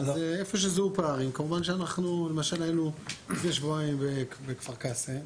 היינו לפני שבועיים בכפר קאסם.